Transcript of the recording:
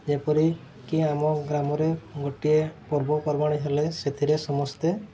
ଯେପରିକି ଆମ ଗ୍ରାମରେ ଗୋଟିଏ ପର୍ବପର୍ବାଣି ହେଲେ ସେଥିରେ ସମସ୍ତେ